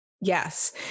Yes